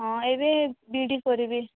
ହଁ ଏବେ ବି ଇ ଡ଼ି କରିବି